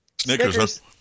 snickers